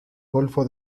golfo